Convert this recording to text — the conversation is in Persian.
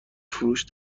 فروش